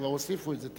כבר הוסיפו את זה.